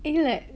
eh like